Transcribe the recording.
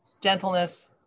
gentleness